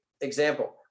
example